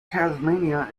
tasmania